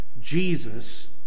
Jesus